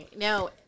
No